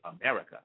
America